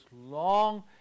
long